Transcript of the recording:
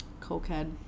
Cokehead